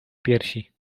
piersi